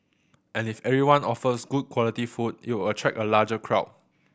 and if everyone offers good quality food it'll attract a larger crowd